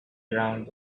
ground